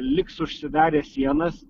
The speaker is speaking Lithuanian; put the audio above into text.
liks užsidarę sienas